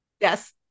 Yes